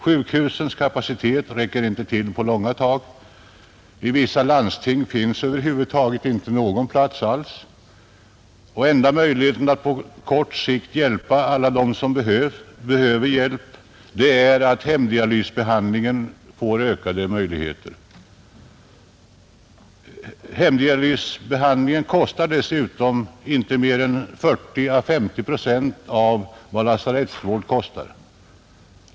Sjukhusen räcker inte till på långa tag — i vissa landsting finns över huvud taget inte någon plats alls — och enda möjligheten att på kort sikt hjälpa alla dem som behöver hjälp är att hemdialysbehandlingen får ökade möjligheter. Hemdialysbehandlingen kostar dessutom inte mer än 40 å 50 procent av vad lasarettsvård kostar.